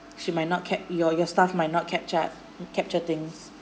she might not cap~ your your staff might not up capture capture things